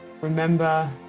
remember